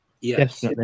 Yes